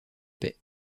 paix